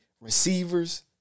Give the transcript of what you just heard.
receivers